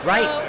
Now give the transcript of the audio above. Right